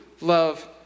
love